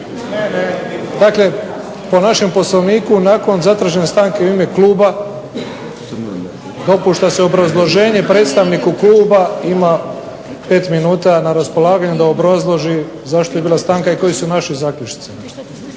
Dakle po našem Poslovniku nakon zatražene stanke u ime kluba dopušta se obrazloženje predstavniku kluba ima 5 minuta na raspolaganju da obrazloži zašto je bila stanka i koji su naši zaključci.